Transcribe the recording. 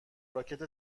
راکت